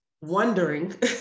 wondering